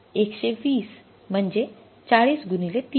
१२० म्हणजे ४० गुणिले ३